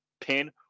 pin